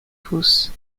fausses